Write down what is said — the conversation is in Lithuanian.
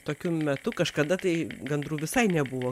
tokiu metu kažkada tai gandrų visai nebuvo